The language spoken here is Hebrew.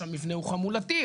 המבנה הוא חמולתי,